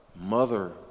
mother